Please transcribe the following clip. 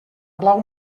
blau